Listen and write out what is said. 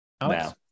now